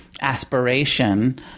aspiration